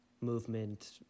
movement